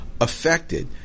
affected